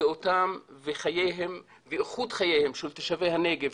בריאותם וחייהם ואיכות חייהם של תושבי הנגב,